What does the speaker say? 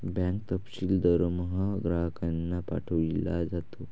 bank तपशील दरमहा ग्राहकांना पाठविला जातो